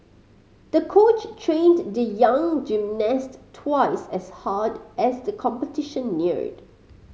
the coach trained the young gymnast twice as hard as the competition neared